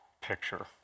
picture